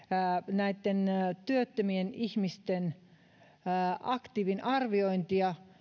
näitten työttömien ihmisten aktiivisuuden arviointia